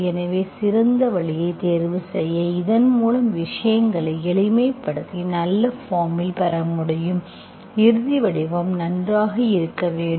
எனவே சிறந்த வழியைத் தேர்வு செய்ய இதன் மூலம் விஷயங்களை எளிமைப்படுத்தி நல்ல பார்ம்இல் பெற முடியும் இறுதி வடிவம் நன்றாக இருக்க வேண்டும்